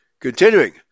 Continuing